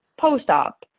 post-op